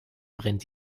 brennt